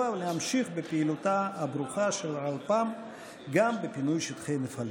ולהמשיך בפעילותה הברוכה של רלפ"מ גם בפינוי שטחי נפלים.